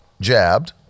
jabbed